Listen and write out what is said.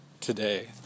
today